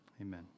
Amen